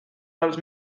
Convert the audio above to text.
els